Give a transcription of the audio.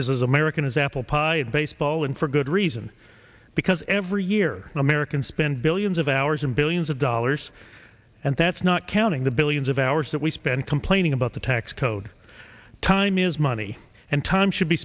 as american as apple pie and baseball and for good reason because every year americans spend billions of hours and billions of dollars and that's not counting the billions of hours that we spend complaining about the tax code time is money and time should be